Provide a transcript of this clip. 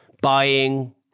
buying